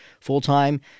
full-time